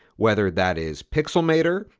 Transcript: whether that is pixelmator,